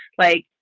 like,